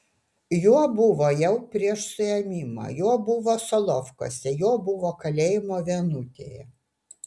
juo buvo jau prieš suėmimą juo buvo solovkuose juo buvo kalėjimo vienutėje